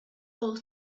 old